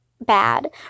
bad